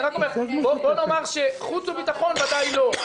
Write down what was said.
בוא נאמר שחוץ וביטחון ודאי לא.